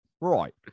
Right